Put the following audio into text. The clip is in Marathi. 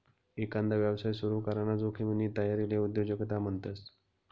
एकांदा यवसाय सुरू कराना जोखिमनी तयारीले उद्योजकता म्हणतस